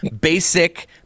basic